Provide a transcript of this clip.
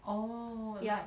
oh like ya